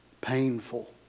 painful